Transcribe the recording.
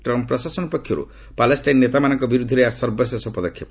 Trump ପ୍ରଶାସନ ପକ୍ଷରୁ Palestine ନେତାମାନଙ୍କ ବିରୁଦ୍ଧରେ ଏହା ସର୍ବଶେଷ ପଦକ୍ଷେପ